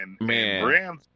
man